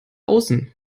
außen